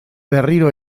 berriro